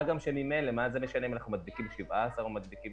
גם שזה לא משנה אם אנחנו מדביקים 17 או מדביקים